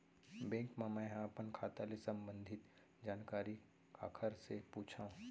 Bank मा मैं ह अपन खाता ले संबंधित जानकारी काखर से पूछव?